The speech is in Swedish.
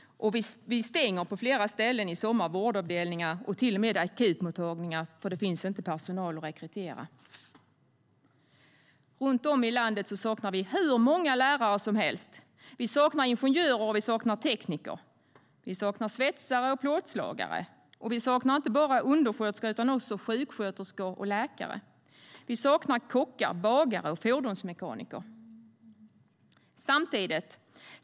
Vi stänger på flera ställen i sommar vårdavdelningar och till och med akutmottagningar för att det inte finns personal att rekrytera. Runt om i landet saknar vi hur många lärare som helst. Vi saknar ingenjörer och tekniker. Vi saknar svetsare och plåtslagare. Vi saknar inte bara undersköterskor utan också sjuksköterskor och läkare. Vi saknar kockar, bagare och fordonsmekaniker.